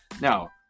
Now